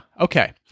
okay